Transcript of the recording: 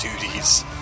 Duties